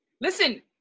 Listen